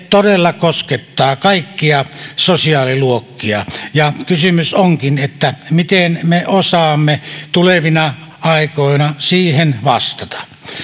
todella koskettaa kaikkia sosiaaliluokkia ja kysymys onkin miten me osaamme tulevina aikoina siihen vastata